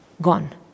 Gone